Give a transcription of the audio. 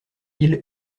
ils